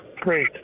Great